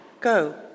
Go